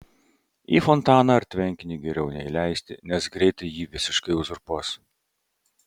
į fontaną ar tvenkinį geriau neįleisti nes greitai jį visiškai uzurpuos